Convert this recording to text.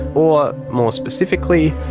or more specifically,